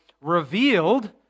revealed